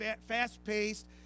Fast-paced